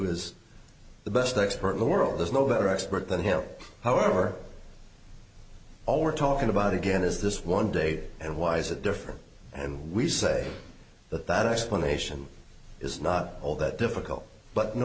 was the best expert in the world there's no better expert than him however all we're talking about again is this one day and why is it different and we say that that explanation is not all that difficult but no